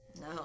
no